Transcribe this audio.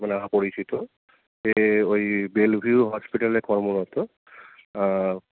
মানে আমার পরিচিত সে ওই বেল ভিউ হসপিটালে কর্মরত